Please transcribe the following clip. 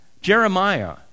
Jeremiah